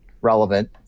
relevant